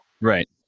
Right